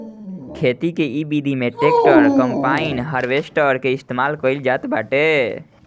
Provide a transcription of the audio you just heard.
खेती के इ विधि में ट्रैक्टर, कम्पाईन, हारवेस्टर के इस्तेमाल कईल जात बाटे